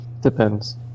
Depends